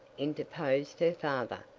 interposed her father.